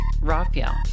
Raphael